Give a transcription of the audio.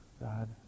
God